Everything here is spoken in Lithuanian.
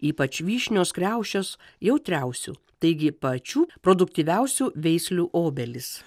ypač vyšnios kriaušės jautriausių taigi pačių produktyviausių veislių obelys